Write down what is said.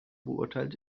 beurteilt